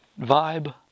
vibe